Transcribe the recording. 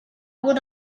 would